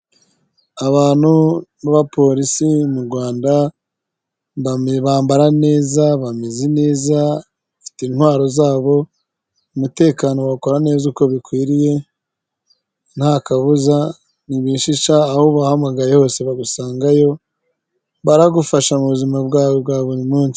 Abantu baba polisi mu Rwanda, bambara neza bameze neza bafite intwaro zabo umutekano bawukora neza uko bikwiriye, nta kabuza ntibishisha aho ubahamagaye hose bagusangayo, baragufasha m'ubuzima bwawe bwa buri munsi.